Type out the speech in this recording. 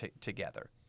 together